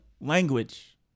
language